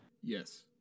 Yes